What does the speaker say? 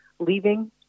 leaving